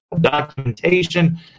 documentation